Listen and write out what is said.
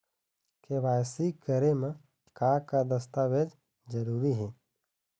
KYC करे म का का दस्तावेज जरूरी हे?